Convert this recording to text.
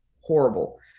horrible